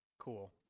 Cool